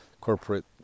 corporate